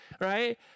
right